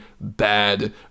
bad